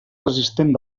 resistent